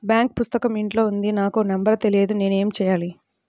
Bank పుస్తకం ఇంట్లో ఉంది నాకు నంబర్ తెలియదు నేను ఏమి చెయ్యాలి?